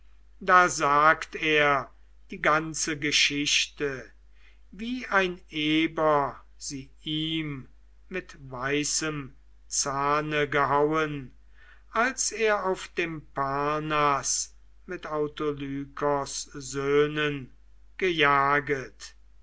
da sagt er die ganze geschichte wie ein eber sie ihm mit weißem zahne gehauen als er auf dem parnaß mit autolykos söhnen gejaget